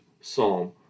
psalm